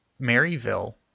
maryville